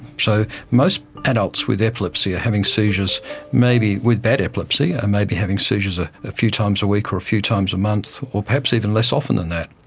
so most adults with epilepsy are having seizures maybe, with bad epilepsy and maybe having seizures a ah few times a week or few times a month or perhaps even less often than that,